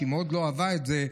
שהיא מאוד לא אהבה את זה,